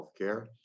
healthcare